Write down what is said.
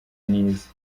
nize